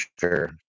sure